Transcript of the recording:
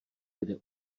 kde